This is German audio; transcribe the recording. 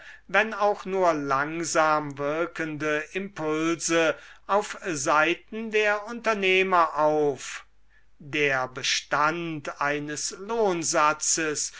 wenn auch nur langsam wirkende impulse auf seite der unternehmer auf der bestand eines